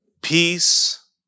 peace